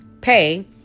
pay